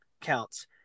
counts